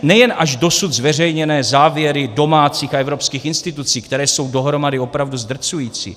Nejen až dosud zveřejněné závěry domácích a evropských institucí, které jsou dohromady opravdu zdrcující.